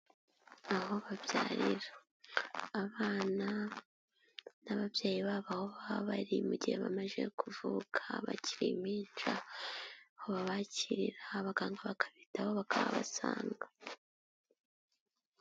Aho babyarira abana n'ababyeyi baboho baba bari mu gihe bamaze kuvuka, bakiri impinja, babakirira abaganga bakabitaho bakabahasanga.